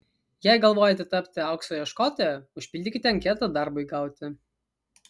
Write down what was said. jei galvojate tapti aukso ieškotoja užpildykite anketą darbui gauti